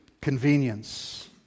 convenience